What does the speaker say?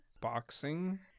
boxing